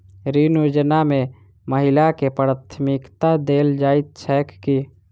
ऋण योजना मे महिलाकेँ प्राथमिकता देल जाइत छैक की?